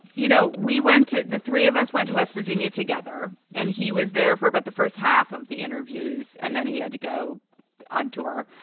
you know, we went to the three of us, went to west virginia together and he was there for about the first half of the interviews and then he had to go on tour.